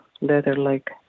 leather-like